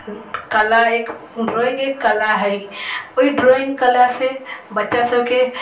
कला एक ड्रॉइङ्ग एक कला हइ ओहि ड्रॉइङ्ग कला से बच्चा सबके